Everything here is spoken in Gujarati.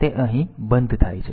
અને તે અહીં બંધ થાય છે